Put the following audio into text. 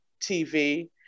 TV